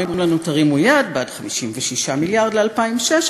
אומרים לנו: תרימו יד בעד 56 מיליארד ל-2016,